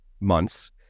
months